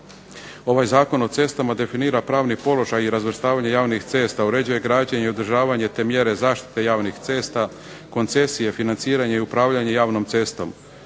Ovaj Zakon o cestama definira pravni položaj i razvrstavanje javnih cesta, uređuje građenje i održavanje te mjere zaštite javnih cesta, koncesije, financiranje i upravljanje javnom cestom.